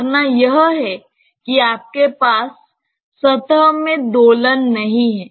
धारणा यह है कि आपके पास सतह में दोलन नहीं है